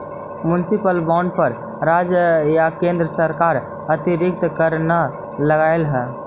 municipal bond पर राज्य या केन्द्र सरकार अतिरिक्त कर न लगावऽ हइ